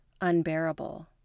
unbearable